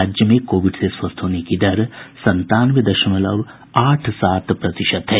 राज्य में कोविड से स्वस्थ होने की दर संतानवे दशमलव आठ सात प्रतिशत है